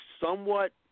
somewhat